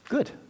Good